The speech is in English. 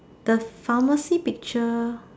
the pharmacy picture